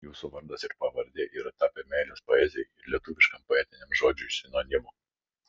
jūsų vardas ir pavardė yra tapę meilės poezijai ir lietuviškam poetiniam žodžiui sinonimu